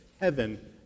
heaven